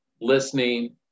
listening